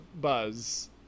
buzz